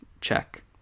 check